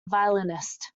violinist